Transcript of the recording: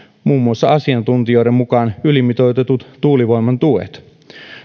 muun muassa asiantuntijoiden mukaan ylimitoitetut tuulivoiman tuet